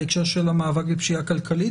בהקשר של המאבק בפשיעה כלכלית,